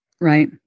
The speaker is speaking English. Right